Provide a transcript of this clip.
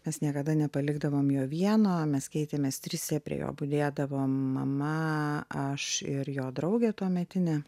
mes niekada nepalikdavom jo vieno mes keitėmės trise prie jo budėdavo mama aš ir jo draugė tuometinė